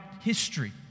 history